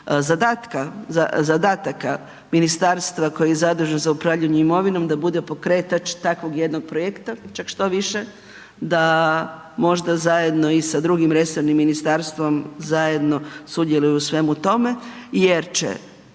zadataka ministarstva koje je zaduženo za upravljanje imovinom da bude pokretač takvog jednog projekta, čak štoviše da možda zajedno i sa drugim resornim ministarstvom zajedno sudjeluje u svemu tome jer će